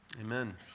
Amen